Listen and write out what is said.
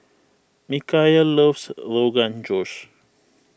Micheal loves Rogan Josh